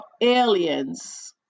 aliens